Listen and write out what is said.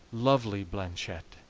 lovely blanchette,